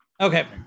Okay